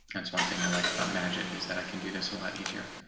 that's one thing i like about magic is that i can do this a lot easier.